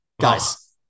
Guys